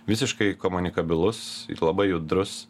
visiškai komunikabilus labai judrus